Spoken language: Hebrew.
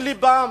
מלבם.